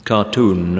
Cartoon